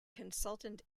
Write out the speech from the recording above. consultant